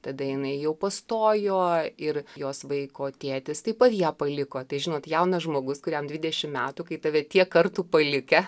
tada jinai jau pastojo ir jos vaiko tėtis taip pat ją paliko tai žinot jaunas žmogus kuriam dvidešimt metų kai tave tiek kartų palikę